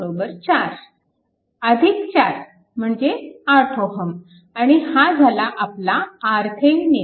अधिक 4 म्हणजे 8 Ω आणि हा झाला आपला RThevenin